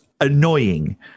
annoying